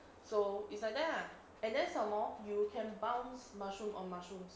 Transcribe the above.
so it's like that lah and then some more you can bounce mushrooms on mushrooms